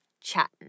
chatting